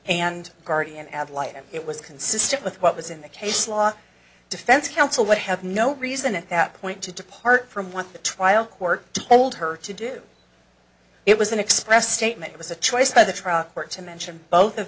and guardian ad litem it was consistent with what was in the case law defense counsel would have no reason at that point to depart from what the trial court to hold her to do it was an express statement it was a choice by the trial court to mention both of